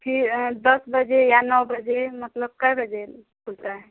फ़िर दस बजे या नौ बजे मतलब कै बजे खुलता है